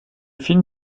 film